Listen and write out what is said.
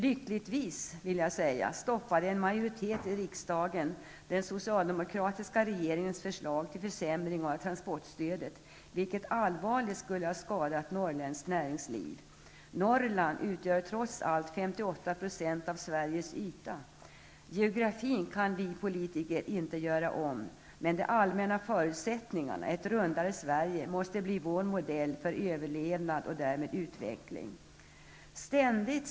Lyckligtvis stoppade en majoritet i riksdagen den förra regeringens förslag till försämring av transportstödet, vilket allvarligt skulle ha skadat norrländskt näringsliv. Norrland utgör trots allt 58 % av Sveriges yta. Geografin kan inte vi politiker göra om, men de allmänna förutsättningarna -- ett rundare Sverige -- måste bli vår modell för överlevnad och därmed utveckling.